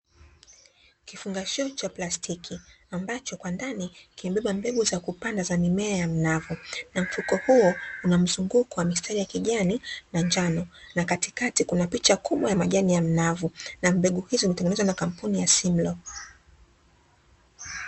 Kifungashio cha plastiki ambacho kwa ndani kimebeba mbegu za kupanda za mimea ya mnafu, na mfuko huo unamzunguko wa mistari ya kijani na njano na katikati kuna picha kubwa ya majani ya mnafu na mbegu hizo zimetengenezwa na kampuni ya "Simlo".